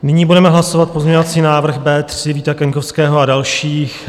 Nyní budeme hlasovat pozměňovací návrh B3 Víta Kaňkovského a dalších.